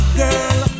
girl